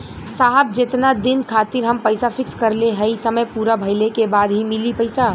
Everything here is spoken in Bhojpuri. साहब जेतना दिन खातिर हम पैसा फिक्स करले हई समय पूरा भइले के बाद ही मिली पैसा?